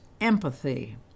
empathy